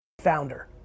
founder